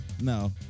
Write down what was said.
No